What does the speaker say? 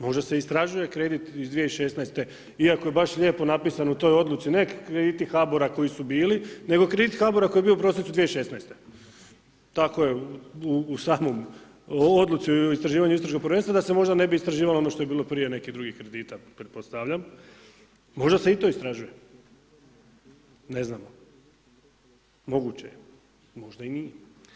Možda se istražuje kredit iz 2016. iako je baš lijepo napisano u toj odluci, ne krediti HABOR-a koji su bili, nego krediti HABOR-a koji je bio u prosincu 2016. tako je, u samoj odluci o istraživanju istražnog povjerenstva, da se možda ne bi istraživalo ono što je bilo prije nekih drugih kredita, pretpostavljam, možda se i to istražuje, ne znam, moguće je, možda i nije.